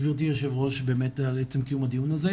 תודה, גבירתי היושב ראש באמת על עצם קיום הזה,